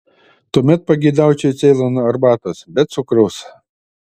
tuomet pageidaučiau ceilono arbatos be cukraus